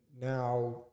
now